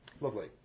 Lovely